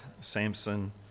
Samson